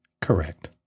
Correct